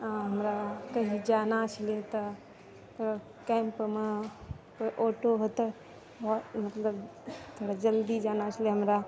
आओर हमरा कहीँ जाना छलै तऽ काल्हिखना तऽ ऑटो हेतै मतलब थोड़ा जल्दी जाना छलै हमरा